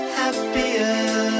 happier